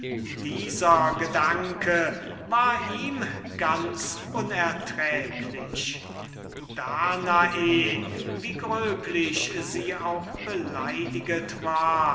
dieser gedanke war ihm ganz unerträglich danae so sehr sie auch beleidigt war